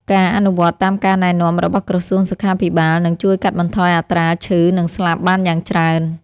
ការអនុវត្តតាមការណែនាំរបស់ក្រសួងសុខាភិបាលនឹងជួយកាត់បន្ថយអត្រាឈឺ និងស្លាប់បានយ៉ាងច្រើន។